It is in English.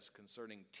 concerning